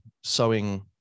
sowing